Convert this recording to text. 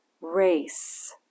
race